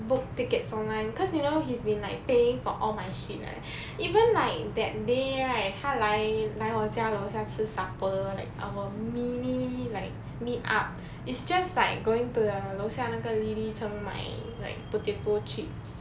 book tickets online cause you know he's been like paying for all my shit leh even like that day right 他来来我家楼下吃 supper like our mini like meet up it's just like going to 楼下那个 li li cheng 买 like potato chips